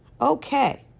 Okay